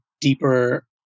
deeper